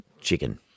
chicken